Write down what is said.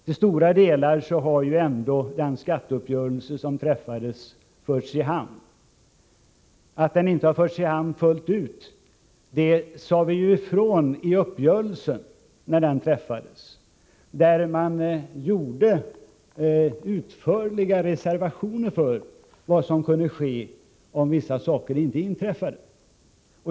Till stora delar har skatteuppgörelsen förts i hamn. Att så inte har skett fullt ut kan hänföras till att vi när uppgörelsen träffades gjorde utförliga reservationer för vad som kunde ske om vissa saker inte inträffade.